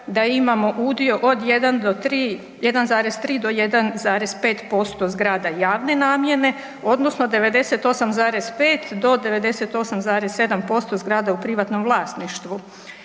da imamo udio od 1 do 3, 1,3 do 1,5% zgrada javne namjene odnosno 98,5 do 98,7% zgrada u privatnom vlasništvu